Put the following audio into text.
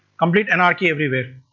complete anarchy everywhere.